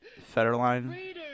Federline